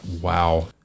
wow